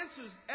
answers